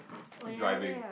driving